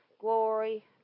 glory